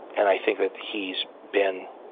and i think that he's been